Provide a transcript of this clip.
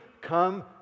come